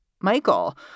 Michael